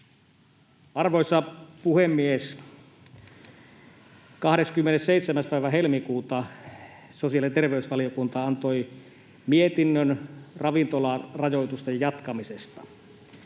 Arvoisa puhemies! 27. päivä helmikuuta sosiaali- ja terveysvaliokunta antoi mietinnön ravintolarajoitusten jatkamisesta.